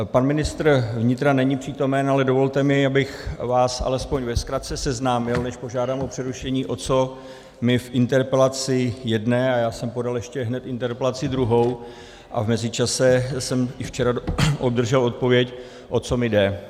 Pan ministr vnitra není přítomen, ale dovolte mi, abych vás alespoň ve zkratce seznámil, než požádám o přerušení, o co mi v interpelaci jedné, a já jsem podal ještě hned interpelaci druhou a v mezičase jsem i včera obdržel odpověď, o co mi jde.